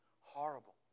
Horrible